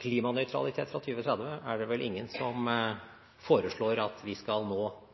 Klimanøytralitet fra 2030 er det vel ingen som foreslår at vi skal nå